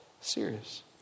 serious